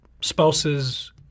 spouses